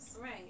Right